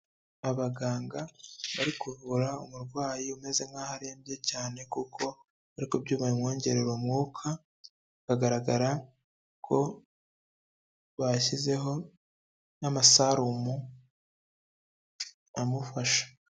Abaganga bari kuvura umurwayi umeze nk'aho arembye cyane kuko ari ku byuma bimwongerera umwuka, hagaragara ko bashyizeho n'amasarumu amufasha.